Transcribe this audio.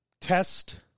test